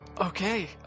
Okay